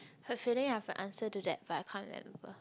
have feeling I have to answer to that but I can't remember